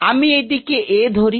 আমি এটিকে A ধরি আর B দিক